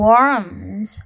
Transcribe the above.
Worms